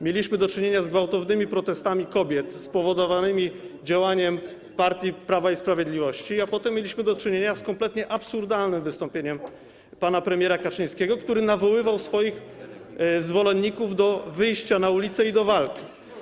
Mieliśmy do czynienia z gwałtownymi protestami kobiet spowodowanymi działaniem partii Prawa i Sprawiedliwości, a potem mieliśmy do czynienia z kompletnie absurdalnym wystąpieniem pana premiera Kaczyńskiego, który nawoływał swoich zwolenników do wyjścia na ulicę i do walki.